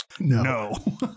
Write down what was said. no